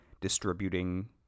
distributing